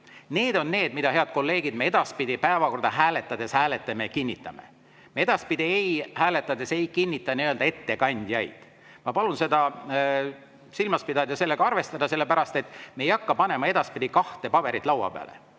Need on need, mida, head kolleegid, me edaspidi päevakorda hääletades hääletame ja kinnitame. Me edaspidi hääletades ei kinnita ettekandjaid. Ma palun seda silmas pidada ja sellega arvestada, sellepärast et me ei hakka panema edaspidi kahte paberit laua peale,